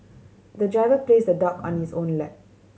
the driver placed the dog on his own lap